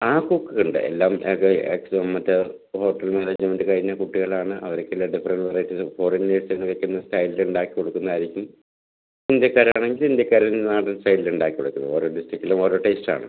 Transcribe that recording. app ഒക്കെ ഉണ്ട് എല്ലാം മറ്റേ ഹോട്ടൽ മാനേജ്മെന്റ് കഴിഞ്ഞ കുട്ടികളാണ് അവരൊക്കെ നല്ല ഡിഫറെന്റ് വെറൈറ്റീസും ഫോറിൻ വെസ്റ്റേൺ വെയ്ക്കുന്ന സ്റ്റൈലിൽ ഉണ്ടാക്കിക്കൊടുക്കുന്നതായിരിക്കും ഇന്ത്യക്കാർ ആണെങ്കിൽ ഇന്ത്യക്കാരുടെ നാടൻ സ്റ്റൈലിൽ ഉണ്ടാക്കി കൊടുക്കുന്നു ഓരോ ഡിസ്ട്രിക്റ്റിലും ഓരോ ടേസ്റ്റ് ആണ്